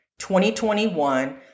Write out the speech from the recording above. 2021